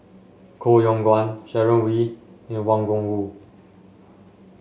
Koh Yong Guan Sharon Wee and Wang Gungwu